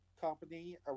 company